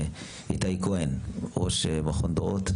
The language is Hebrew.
הפתרונות יימצאו על ידי משרד הבריאות אבל לצמצם את הפעילות על חשבון